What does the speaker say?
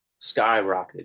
skyrocketed